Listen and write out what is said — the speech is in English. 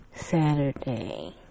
Saturday